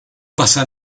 pasa